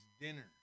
dinner